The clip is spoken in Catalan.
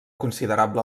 considerable